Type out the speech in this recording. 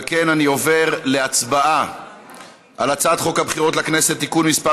על כן אני עובר להצבעה על הצעת חוק הבחירות לכנסת (תיקון מס'